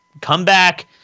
comeback